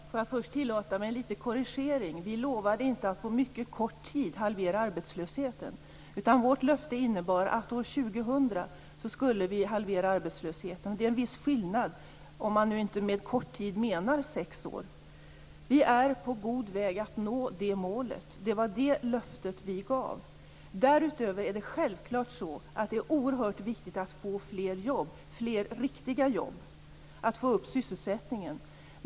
Herr talman! Får jag först tillåta mig en liten korrigering. Vi lovade inte att på mycket kort tid halvera arbetslösheten. Vårt löfte innebar att vi år 2000 skulle ha halverat arbetslösheten. Det är en viss skillnad, om man nu inte med en kort tid menar sex år. Vi är på god väg att nå det målet. Det var det löftet som vi gav. Därutöver är det självklart oerhört viktigt att åstadkomma fler jobb, fler riktiga jobb, att öka sysselsättningen.